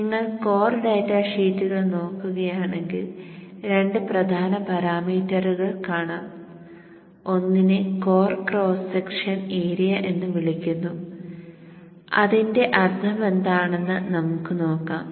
നിങ്ങൾ core data ഷീറ്റുകൾ നോക്കുകയാണെങ്കിൽ രണ്ട് പ്രധാന പാരാമീറ്ററുകൾ കാണാം ഒന്നിനെ കോർ ക്രോസ് സെക്ഷൻ ഏരിയ എന്ന് വിളിക്കുന്നു അതിന്റെ അർത്ഥമെന്താണെന്ന് നമുക്ക് നോക്കാം